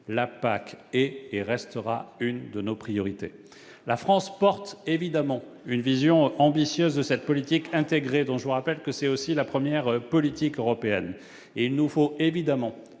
la PAC est et restera l'une de nos priorités. La France porte évidemment une vision ambitieuse de cette politique intégrée, qui est aussi, je vous le rappelle, la première politique européenne